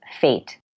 fate